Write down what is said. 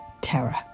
terror